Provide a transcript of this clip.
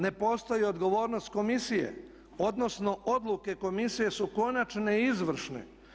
Ne postoji odgovornost komisije odnosno odluke komisije su konačne i izvršne.